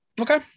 okay